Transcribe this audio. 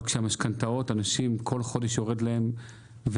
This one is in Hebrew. אבל כשכל חודש יורד לאנשים למשכנתה,